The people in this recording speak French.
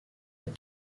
est